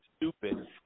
stupid